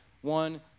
one